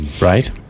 right